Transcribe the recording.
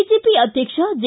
BJP ಅಧ್ಯಕ್ಷ J